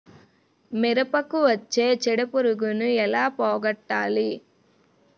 మిరపకు వచ్చే చిడపురుగును ఏల పోగొట్టాలి?